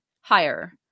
higher